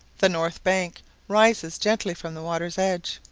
the north bank rises gently from the water's edge.